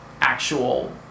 actual